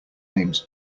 names